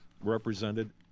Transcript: represented